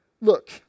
look